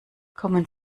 kommen